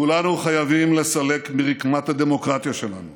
כולנו חייבים לסלק מרקמת הדמוקרטיה שלנו